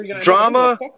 Drama